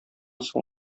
соң